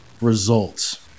results